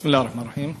בסם אללה א-רחמאן א-רחים.